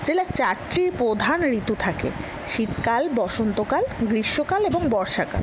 জেলার চারটি প্রধান ঋতু থাকে শীতকাল বসন্তকাল গ্রীষ্মকাল এবং বর্ষাকাল